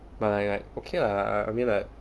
but I like okay ah I I mean like